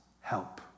help